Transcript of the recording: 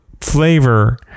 flavor